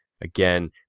again